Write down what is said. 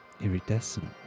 iridescent